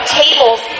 tables